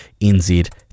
NZ